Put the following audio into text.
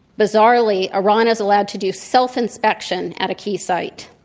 bizarrely, iran is allowed to do self-inspection at a key site.